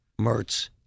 Mertz